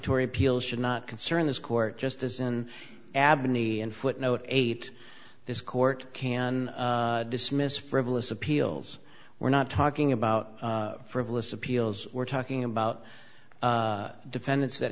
tory appeal should not concern this court just as in abney and footnote eight this court can dismiss frivolous appeals we're not talking about frivolous appeals we're talking about defendants that